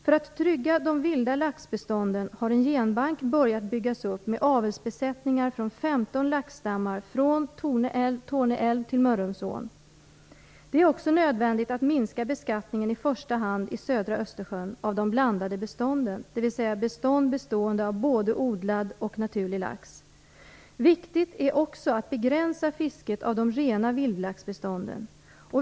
För att trygga de vilda laxbestånden har man börjat bygga upp en genbank med avelsbesättningar från 15 laxstammar från Torne älv till Mörrumsån. Det är också nödvändigt att minska beskattningen i första hand i södra Östersjön av de blandade bestånden, dvs. bestånd bestående av både odlad och naturlig lax. Viktigt är också att begränsa fisket av de rena vildlaxbestånden.